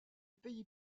pays